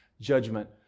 judgment